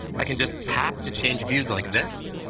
i can just tap to change views like this.